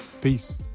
Peace